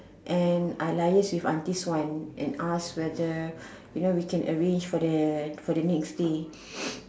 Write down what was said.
and I liaise with auntie suan and ask whether you know whether we can arrange for the next day